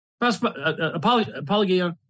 apology